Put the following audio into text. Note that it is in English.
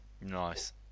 nice